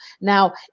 Now